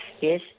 Yes